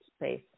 space